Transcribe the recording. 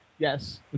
Yes